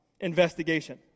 investigation